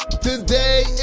Today